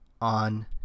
on